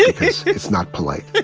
yeah because it's not polite